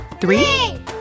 Three